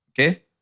Okay